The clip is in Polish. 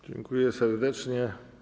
Dziękuję serdecznie.